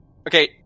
Okay